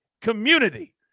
community